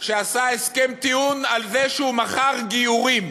שעשה הסכם טיעון על זה שהוא מכר גיורים.